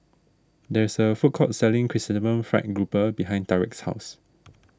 there is a food court selling Chrysanthemum Fried Grouper behind Tariq's house